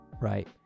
right